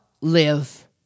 live